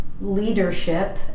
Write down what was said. leadership